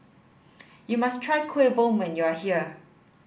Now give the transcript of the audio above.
you must try Kueh Bom when you are here